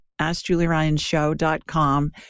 askjulieryanshow.com